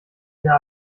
wir